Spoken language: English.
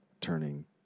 turning